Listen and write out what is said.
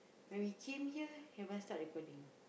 when we came here haven't start recording